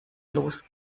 los